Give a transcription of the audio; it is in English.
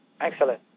Excellent